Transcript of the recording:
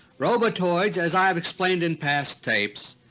robotoids, as i have explained in past tapes,